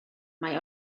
mai